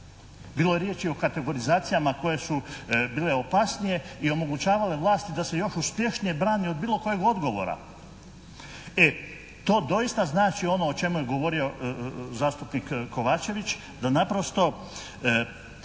Bilo je riječi o kategorizacijama koje su bile opasnije i omogućavale vlasti da se još uspješnije vrani od bilo kojeg odgovora. E, to doista znači ono o čemu je govorio zastupnik Kovačević da naprosto